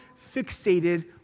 fixated